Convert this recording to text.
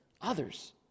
others